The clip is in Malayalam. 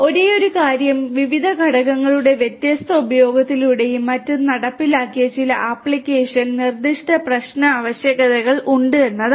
ഒരേയൊരു കാര്യം വിവിധ ഘടകങ്ങളുടെ വ്യത്യസ്ത ഉപയോഗത്തിലൂടെയും മറ്റും നടപ്പിലാക്കിയ ചില ആപ്ലിക്കേഷൻ നിർദ്ദിഷ്ട പ്രശ്ന ആവശ്യകതകൾ ഉണ്ട് എന്നതാണ്